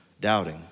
doubting